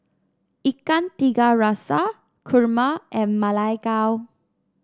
Ikan Tiga Rasa kurma and Ma Lai Gao